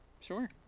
Sure